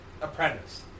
Apprentice